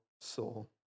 soul